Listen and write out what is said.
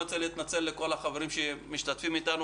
אני רוצה להתנצל בפני כל החברים שמשתתפים איתנו